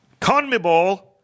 Conmebol